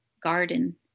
garden